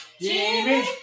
Jimmy